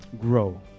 grow